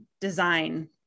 design